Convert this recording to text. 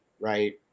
right